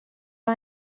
war